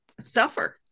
suffer